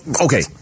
okay